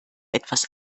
etwas